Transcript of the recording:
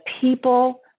people